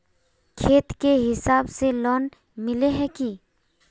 खेत के हिसाब से लोन मिले है की?